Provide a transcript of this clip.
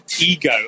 ego